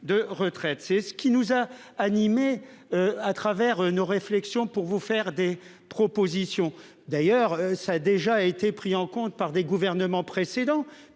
de retraite, c'est ce qui nous a animés. À travers nos réflexions pour vous faire des propositions d'ailleurs ça a déjà été pris en compte par des gouvernements précédents